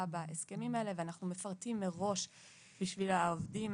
בהסכמים האלה ואנחנו מפרטים מראש את כל התשלומים שהעובדים